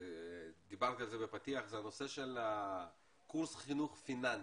ודיברתי על זה בפתיח זה הנושא של קורס חינוך פיננסי.